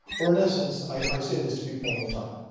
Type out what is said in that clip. or in essence, i say this to people all the time.